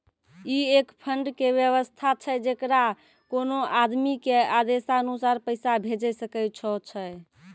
ई एक फंड के वयवस्था छै जैकरा कोनो आदमी के आदेशानुसार पैसा भेजै सकै छौ छै?